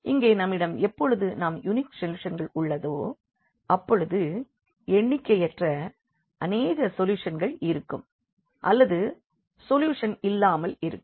இங்கே நம்மிடம் எப்பொழுது யூனிக் சொல்யூஷன்கள் உள்ளதோ அப்பொழுது எண்ணிக்கையற்ற அநேக சொல்யூஷன்கள் இருக்கும் அல்லது சொல்யூஷன் இல்லாமல் இருக்கும்